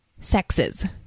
sexes